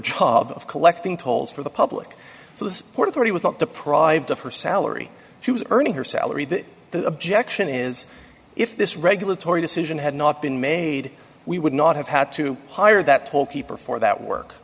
job of collecting tolls for the public so the port authority was not deprived of her salary she was earning her salary that the objection is if this regulatory decision had not been made we would not have had to hire that told people for that work